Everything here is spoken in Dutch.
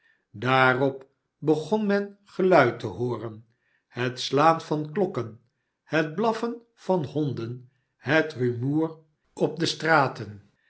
daarop begon men geluid te hooren het slaan van klokken het blaffen van honden het rumoer op de straten